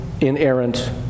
inerrant